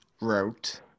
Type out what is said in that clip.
wrote